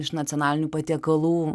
iš nacionalinių patiekalų